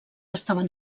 estaven